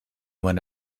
went